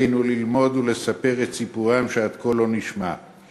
עלינו ללמוד ולספר את סיפורם, שלא נשמע עד כה.